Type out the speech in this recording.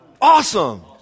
Awesome